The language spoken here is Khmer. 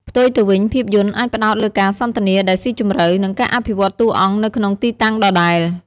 ផ្ទុយទៅវិញ ភាពយន្តអាចផ្ដោតលើការសន្ទនាដែលស៊ីជម្រៅ និងការអភិវឌ្ឍតួអង្គនៅក្នុងទីតាំងដដែល។